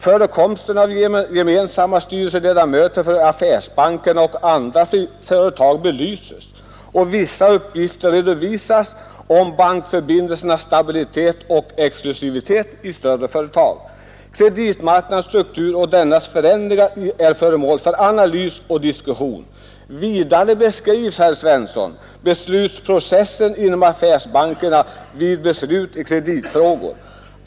Förekomsten av gemensamma styrelseledamöter för affärsbanker och andra privata företag belyses, och vissa uppgifter redovisas om bankförbindelsernas stabilitet och exklusivitet i större företag. Kreditmarknadens struktur och dennas förändringar är föremål för analys och diskussion. Vidare beskrivs”, herr Svensson, ”beslutsprocessen inom affärsbankerna vid beslut i kreditfrågor.